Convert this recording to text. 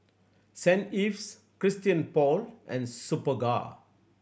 Saint Ives Christian Paul and Superga